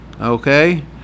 okay